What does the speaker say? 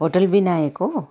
hotel Vinayak हो